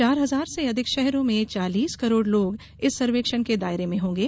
चार हजार से अधिक शहरों में चालीस करोड़ लोग इस सर्वेक्षण के दायरे में होंगे